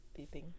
beeping